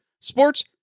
Sports